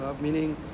meaning